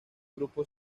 grupo